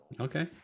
Okay